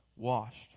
washed